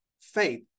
faith